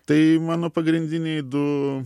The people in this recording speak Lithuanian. tai mano pagrindiniai du